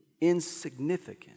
insignificant